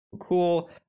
Cool